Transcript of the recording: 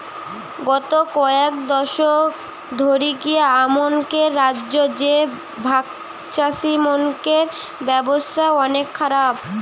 গত কয়েক দশক ধরিকি আমানকের রাজ্য রে ভাগচাষীমনকের অবস্থা অনেক খারাপ